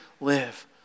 live